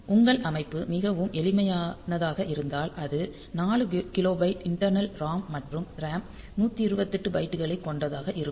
உங்கள் அமைப்பு மிகவும் எளிமையானதாக இருந்தால் அது 4 கிலோபைட் இண்டர்னல் ROM மற்றும் RAM 128 பைட்டுகளை கொண்டதாக இருக்கும்